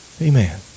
Amen